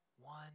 one